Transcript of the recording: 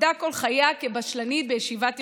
עבדה כל חייה כבשלנית בישיבה תיכונית.